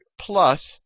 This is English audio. plus